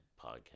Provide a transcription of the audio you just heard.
podcast